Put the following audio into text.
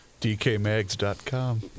dkmags.com